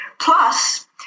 Plus